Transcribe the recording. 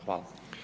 Hvala.